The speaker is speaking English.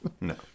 no